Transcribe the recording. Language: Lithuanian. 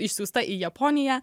išsiųsta į japoniją